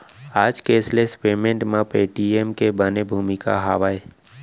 आज cashless payment म Paytm के बने भूमिका हावय